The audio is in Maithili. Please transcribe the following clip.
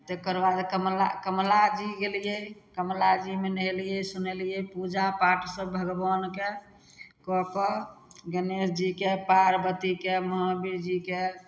तकरबाद कमला कमला जी गेलियै कमला जीमे नहेलियै सुनेलियै पूजा पाठ सब भगवानके कऽ कऽ गणेश जीके पार्वतीके महावीर जीके